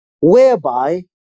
whereby